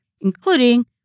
including